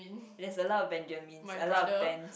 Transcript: there's a lot of Benjamins a lot of Ben